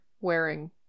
wearing